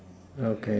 okay